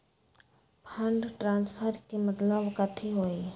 Fund transfer के मतलब कथी होई?